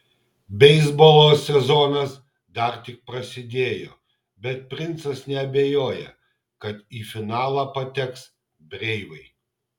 beisbolo sezonas dar tik prasidėjo bet princas neabejoja kad į finalą pateks breivai